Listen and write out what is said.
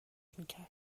میکرد